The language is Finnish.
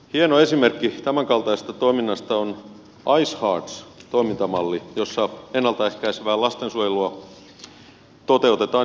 hieno esimerkki tämänkaltaisesta toiminnasta on icehearts toimintamalli jossa ennalta ehkäisevää lastensuojelua toteutetaan joukkueurheilun keinoin